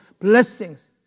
blessings